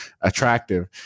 attractive